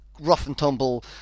rough-and-tumble